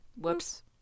whoops